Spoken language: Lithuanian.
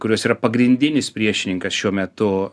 kurios yra pagrindinis priešininkas šiuo metu